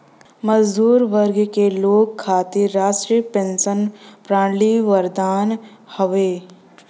मजदूर वर्ग के लोग खातिर राष्ट्रीय पेंशन प्रणाली वरदान हौ